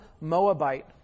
Moabite